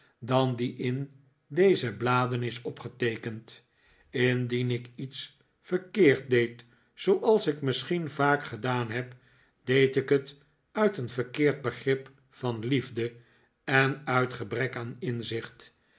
dan die in deze bladen is opgeteekend indien ik iets verkeerd deed zooals ik misschien vaak gedaan heb deed ik het uit een verkeerd begrip van liefde en uit gebrek aan inzicht